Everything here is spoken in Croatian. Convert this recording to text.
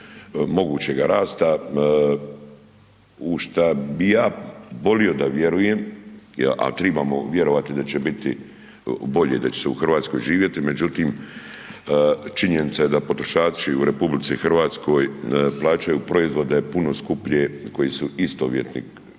mogućega rasta u šta bi ja volio da vjerujem, a tribamo vjerovati da će biti bolje da će se u Hrvatskoj živjeti. Međutim, činjenica je da potrošači u RH plaćaju proizvode puno skuplje koji su istovjetni